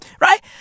right